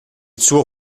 suo